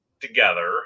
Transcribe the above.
together